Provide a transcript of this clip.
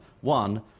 One